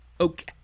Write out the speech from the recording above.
okay